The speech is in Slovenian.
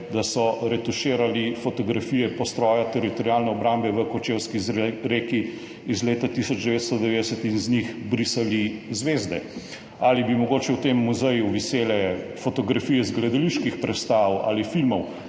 retuširali fotografije postroja Teritorialne obrambe v Kočevski Reki iz leta 1990 in iz njih brisali zvezde. Ali bi mogoče v tem muzeju visele fotografije iz gledaliških predstav ali filmov,